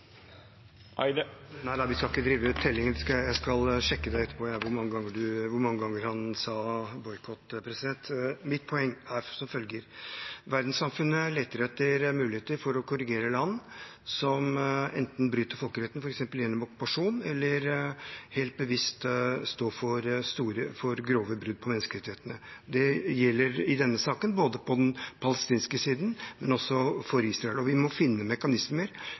Nei da, vi skal ikke drive med telling. Jeg skal sjekke etterpå hvor mange ganger han sa «boikott». Mitt poeng er som følger: Verdenssamfunnet leter etter muligheter for å korrigere land som enten bryter folkeretten, f.eks. gjennom okkupasjon, eller helt bevisst står for grove brudd på menneskerettighetene. Det gjelder i denne saken både på den palestinske siden og for Israel. Vi må finne mekanismer